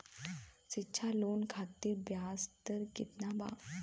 शिक्षा लोन खातिर ब्याज दर केतना बा?